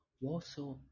Warsaw